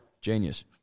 Genius